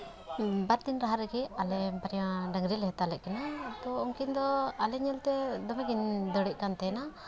ᱵᱟᱨᱫᱤᱱ ᱞᱟᱦᱟ ᱨᱮᱜᱮ ᱟᱞᱮ ᱵᱟᱨᱭᱟ ᱰᱟᱝᱨᱤ ᱞᱮ ᱦᱟᱛᱟᱣ ᱞᱮᱫ ᱠᱤᱱᱟᱹ ᱛᱚ ᱩᱱᱠᱤᱱ ᱫᱚ ᱟᱞᱮ ᱧᱮᱞᱛᱮ ᱫᱚᱢᱮ ᱠᱤᱱ ᱫᱟᱹᱲᱮᱜ ᱠᱟᱱ ᱛᱟᱦᱮᱱᱟ